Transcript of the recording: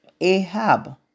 Ahab